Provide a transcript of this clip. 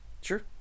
Sure